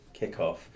kickoff